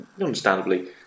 understandably